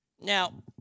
Now